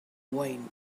wine